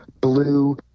blue